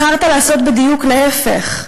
בחרת לעשות בדיוק להפך.